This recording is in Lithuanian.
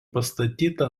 pastatyta